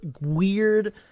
weird